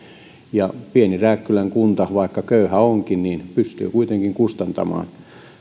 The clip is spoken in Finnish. ja pieni rääkkylän kunta vaikka köyhä onkin pystyy kuitenkin kustantamaan